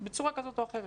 בצורה כזאת או אחרת.